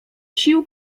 sił